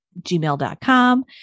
gmail.com